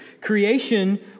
creation